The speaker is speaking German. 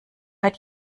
hört